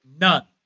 None